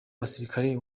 basirikare